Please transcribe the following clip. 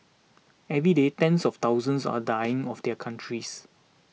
every day tens of thousands are dying of their countries